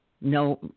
no